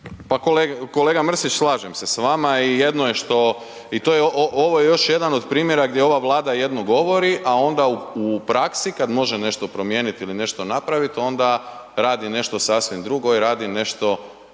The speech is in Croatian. Pa kolega Mrsić, slažem se s vama i jedno je što i to je, ovo je još jedan od primjera gdje ova Vlada jedno govori, a onda u praksi, kad može nešto promijeniti ili nešto napraviti onda radi nešto sasvim drugo i radi nešto